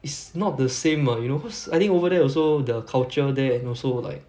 it's not the same ah you know cause I think over there also the culture there and also like